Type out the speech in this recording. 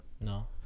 No